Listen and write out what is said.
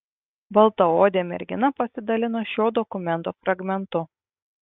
baltaodė mergina pasidalino šio dokumento fragmentu